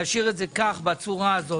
אי-אפשר להשאיר את זה בצורה אחת.